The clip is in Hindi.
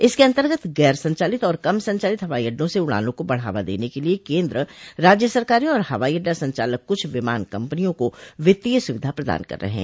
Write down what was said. इसके अंतर्गत गैर संचालित और कम संचालित हवाई अड्डों से उड़ानों को बढ़ावा देने के लिए केन्द्र राज्य सरकारें और हवाई अड्डा संचालक कुछ विमान कंपनियों को वित्तीय सुविधा प्रदान कर रहे हैं